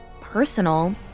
personal